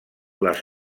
les